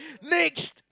next